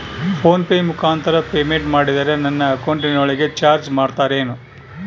Phone pay ಮುಖಾಂತರ payment ಮಾಡಿದರೆ ನನ್ನ ಅಕೌಂಟಿನೊಳಗ ಚಾರ್ಜ್ ಮಾಡ್ತಿರೇನು?